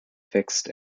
fixed